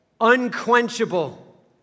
unquenchable